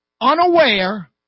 unaware